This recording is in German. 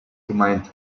gemeint